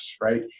right